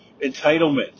entitlement